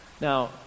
Now